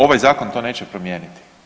Ovaj Zakon to neće promijeniti.